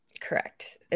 Correct